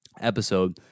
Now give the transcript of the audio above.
episode